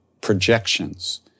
projections